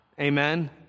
Amen